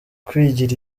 kwigira